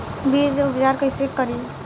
बीज उपचार कईसे करी?